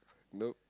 nope